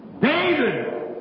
David